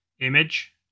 Image